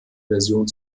version